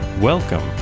Welcome